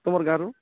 ତୁମର ଗାଁରୁ